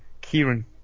Kieran